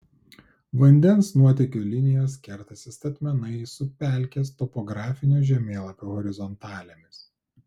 vandens nuotėkio linijos kertasi statmenai su pelkės topografinio žemėlapio horizontalėmis